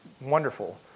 wonderful